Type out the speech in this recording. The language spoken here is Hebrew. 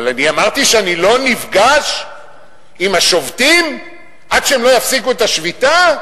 אבל אני אמרתי שאני לא נפגש עם השובתים עד שהם לא יפסיקו את השביתה?